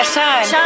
shine